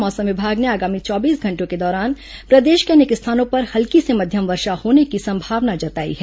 मौसम विभाग ने आगामी चौबीस घंटों के दौरान प्रदेश के अनेक स्थानों पर हल्की से मध्यम वर्षा होने की संभावना जताई है